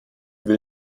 will